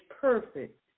perfect